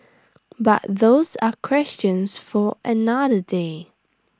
but those are questions for another day